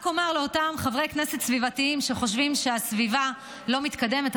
רק אומר לאותם חברי כנסת סביבתיים שחושבים שהסביבה לא מתקדמת,